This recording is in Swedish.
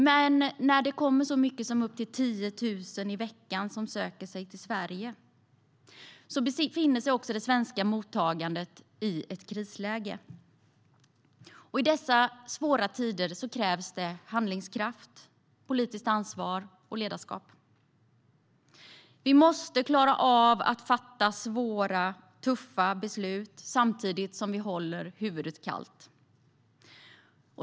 Men när så många som upp till 10 000 i veckan söker sig till Sverige befinner sig också det svenska mottagandet i ett krisläge. I dessa svåra tider krävs handlingskraft, politiskt ansvar och ledarskap. Vi måste klara av att fatta svåra, tuffa beslut samtidigt som vi håller huvudet kallt.